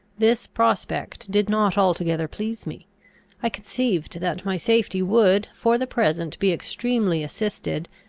this prospect did not altogether please me i conceived that my safety would, for the present, be extremely assisted,